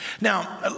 Now